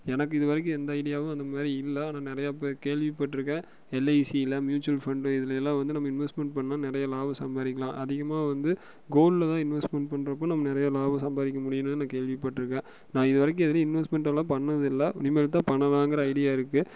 எனக்கு இது வரைக்கும் எந்த ஐடியாவும் அது மாதிரி இல்லை ஆனால் நிறையா பேர் கேள்விப்பட்டிருக்கேன் எல்ஐசியில் மியூச்சல் ஃபண்டு இதிலல்லாம் வந்து நம்ம இன்வஸ்மென்ட் பண்ணால் நிறைய லாபம் சம்பாதிக்கலாம் அதிகமாக வந்து கோல்டில் தான் இன்வஸ்மென்ட் பண்ணுறப்போ நம்ம நிறைய லாபம் சம்பாதிக்க முடியும்னு நான் கேள்விப்பட்டிருக்கேன் நான் இதுவரைக்கும் எதுலேயும் இன்வஸ்மென்ட் எல்லாம் பண்ணது இல்லை இனிமேல் தான் பண்ணலாங்கிற ஐடியா இருக்குது